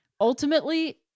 ultimately